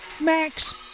Max